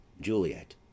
juliet